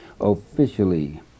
officially